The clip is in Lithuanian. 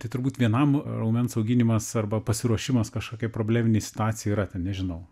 ir tai turbūt vienam raumens auginimas arba pasiruošimas kažkokiai probleminei situacijai yra ten nežinau